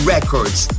Records